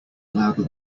louder